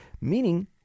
meaning